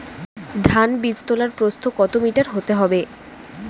ধান বীজতলার প্রস্থ কত মিটার হতে হবে?